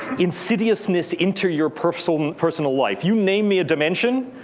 insidiousness into your personal personal life. you name me a dimension,